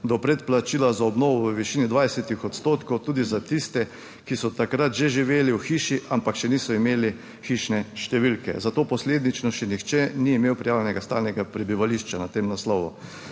do predplačila za obnovo v višini 20 % tudi za tiste, ki so takrat že živeli v hiši, ampak še niso imeli hišne številke, zato posledično še nihče ni imel prijavljenega stalnega prebivališča na tem naslovu.